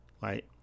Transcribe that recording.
Right